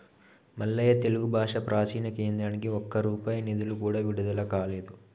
మల్లయ్య తెలుగు భాష ప్రాచీన కేంద్రానికి ఒక్క రూపాయి నిధులు కూడా విడుదల కాలేదు